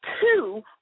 two